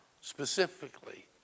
specifically